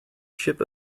ship